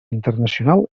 internacional